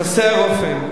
חסרים רופאים,